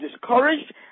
discouraged